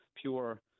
pure